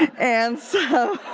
and so